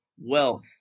wealth